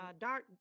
dark